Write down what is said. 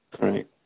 Right